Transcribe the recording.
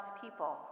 people